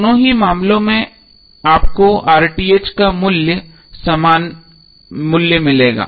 दोनों ही मामलों में आपको का समान मूल्य मिलेगा